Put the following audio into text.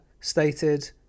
stated